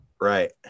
Right